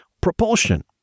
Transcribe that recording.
Propulsion